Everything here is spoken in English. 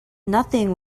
nothing